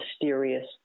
mysterious